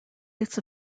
its